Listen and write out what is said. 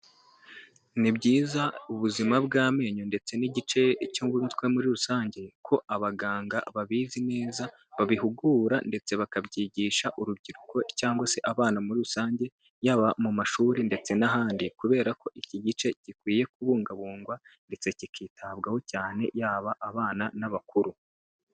Ni byiza ubuzima bw'amenyo ndetse n'igice cy' umutwe muri rusange, ko abaganga babizi neza babihugura ndetse bakabyigisha urubyiruko cyangwa se abana muri rusange yaba mu mashuri ndetse n'ahandi, kubera ko iki gice gikwiye kubungabungwa ndetse kikitabwaho cyane yaba abana n'abakuru.